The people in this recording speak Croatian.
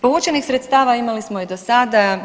Povučenih sredstava imali smo i do sada.